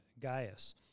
Gaius